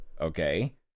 okay